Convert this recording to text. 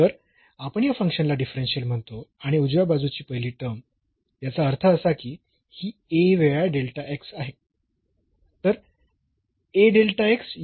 तर आपण या फंक्शनला डिफरन्शियल म्हणतो आणि उजव्या बाजूची पहिली टर्म याचा अर्थ असा की ही A वेळा आहे